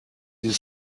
die